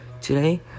Today